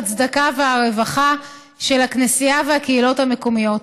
הצדקה והרווחה של הכנסייה והקהילות המקומיות.